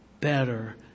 better